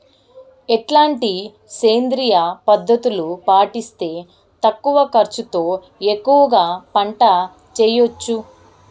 ఎట్లాంటి సేంద్రియ పద్ధతులు పాటిస్తే తక్కువ ఖర్చు తో ఎక్కువగా పంట చేయొచ్చు?